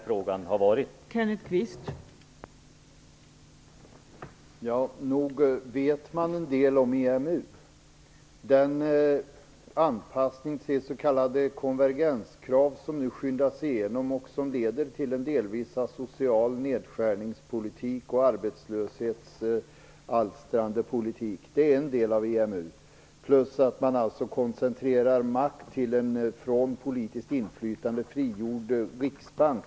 Fru talman! Nog vet man en del om EMU. Den anpassning till s.k. konvergenskrav som nu skyndas igenom och som leder till en delvis asocial nedskärningspolitik och arbetslöshetsalstrande politik är en del av EMU. Dessutom koncentrerar man makt till en från politiskt inflytande frigjord riksbank.